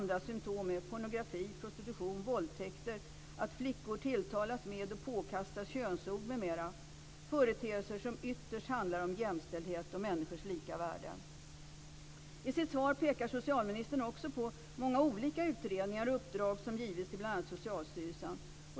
Andra symtom är pornografi, prostitution, våldtäkter, att flickor tilltalas med och påkastas könsord m.m. - företeelser som ytterst handlar om jämställdhet och människors lika värde. I sitt svar pekar socialministern också på många olika utredningar och uppdrag som givits till bl.a. Socialstyrelsen.